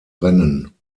rennen